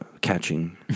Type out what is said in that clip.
catching